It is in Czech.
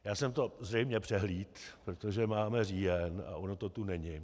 Já jsem to zřejmě přehlédl, protože máme říjen a ono to tu není.